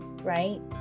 right